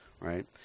right